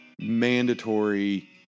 mandatory